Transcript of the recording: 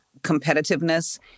competitiveness